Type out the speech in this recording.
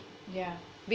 yeah